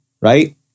right